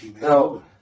No